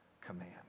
command